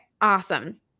Awesome